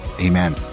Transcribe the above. Amen